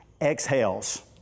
exhales